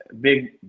Big